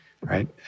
right